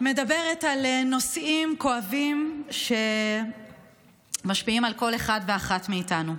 מדברת על נושאים כואבים שמשפיעים על כל אחד ואחת מאיתנו.